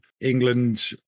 England